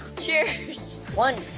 cheers! one,